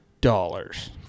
dollars